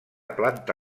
planta